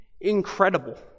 incredible